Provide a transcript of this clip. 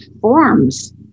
forms